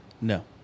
No